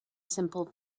simple